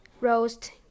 roast